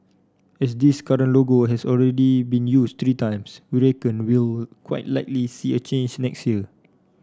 as this current logo has already been used three times we reckon we'll quite likely see a change next year